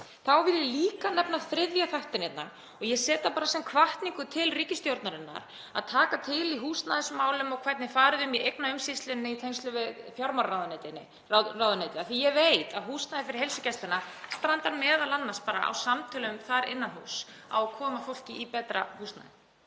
Þá vil ég líka nefna þriðja þáttinn hérna, og ég set það bara sem hvatningu til ríkisstjórnarinnar, að taka til í húsnæðismálum og hvernig farið er um í eignaumsýslunni í tengslum við fjármálaráðuneytið, af því að ég veit að húsnæði fyrir heilsugæsluna strandar m.a. bara á samtölum þar innan húss um að koma fólki í betra húsnæði.